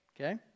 okay